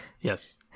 Yes